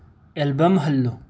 album ꯍꯜꯂꯨ